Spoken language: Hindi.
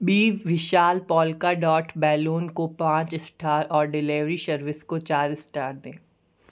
बी विशाल पोल्का डॉट बैलून को पाँच स्टार और डिलीवरी शर्विस को चार स्टार दें